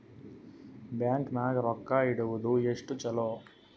Bank ನಾಗ ರೊಕ್ಕ ಇಡುವುದು ಎಷ್ಟು ಚಲೋ?